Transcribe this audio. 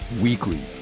weekly